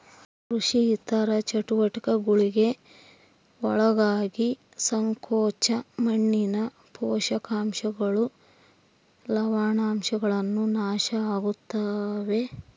ಕೃಷಿ ಇತರ ಚಟುವಟಿಕೆಗುಳ್ಗೆ ಒಳಗಾಗಿ ಸಂಕೋಚ ಮಣ್ಣಿನ ಪೋಷಕಾಂಶಗಳು ಲವಣಾಂಶಗಳು ನಾಶ ಆಗುತ್ತವೆ